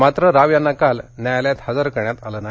मात्र वरवरा राव यांना काल न्यायालयात हजार करण्यात आलं नाही